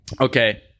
okay